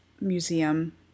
Museum